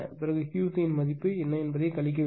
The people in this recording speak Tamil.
பிறகு QC யின் மதிப்பு என்ன என்பதை கழிக்க வேண்டும்